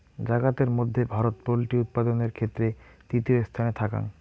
জাগাতের মধ্যে ভারত পোল্ট্রি উৎপাদানের ক্ষেত্রে তৃতীয় স্থানে থাকাং